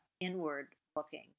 inward-looking